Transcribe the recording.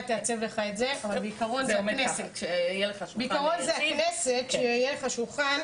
כשיהיה לך שולחן.